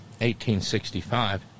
1865